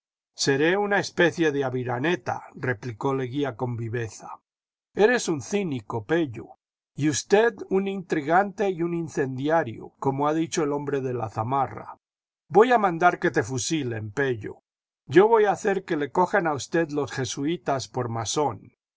seré una especie de aviraneta replicó leguía con viveza eres un cínico pello y usted un intrigante y un incendiario como ha dicho el hombre de la zamarra voy a mandar que te fusilen pello yo voy a hacer que le cojan a usted los jesuítas por masón